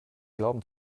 glauben